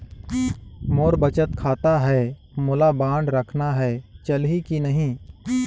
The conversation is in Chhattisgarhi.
मोर बचत खाता है मोला बांड रखना है चलही की नहीं?